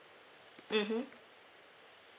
mmhmm